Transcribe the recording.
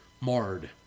marred